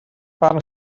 barn